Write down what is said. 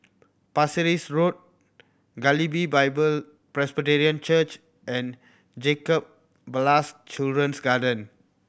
Pasir Ris Road Galilee Bible Presbyterian Church and Jacob Ballas Children's Garden